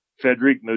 Frederick